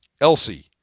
Elsie